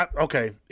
okay